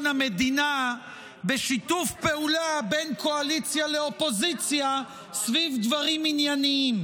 המדינה בשיתוף פעולה בין קואליציה לאופוזיציה סביב דברים עניינים.